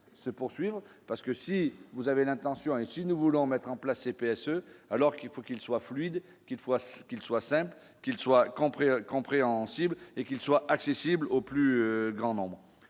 se poursuivre, parce que si vous avez l'intention et si nous voulons mettre en place et PSE alors qu'il faut qu'il soit fluide qu'il voient ce qu'il soit simple, qu'il soit compris compréhensibles et qu'il soit accessible au plus grand nombre